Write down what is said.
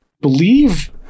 believe